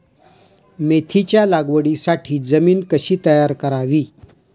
मेथीच्या लागवडीसाठी जमीन कशी तयार करावी?